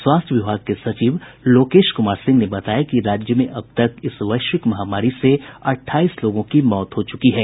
स्वास्थ्य विभाग के सचिव लोकेश कुमार सिंह ने बताया कि राज्य में अब तक इस वैश्विक महामारी से अट्ठाईस लोगों की मौत हो च्रकी है